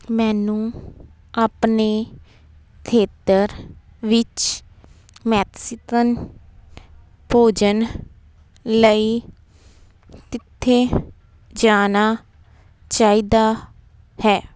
ਮੈਨੂੰ ਆਪਣੇ ਖੇਤਰ ਵਿੱਚ ਮੈਕਸੀਕਨ ਭੋਜਨ ਲਈ ਕਿੱਥੇ ਜਾਣਾ ਚਾਹੀਦਾ ਹੈ